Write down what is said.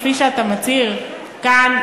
כפי שאתה מצהיר כאן,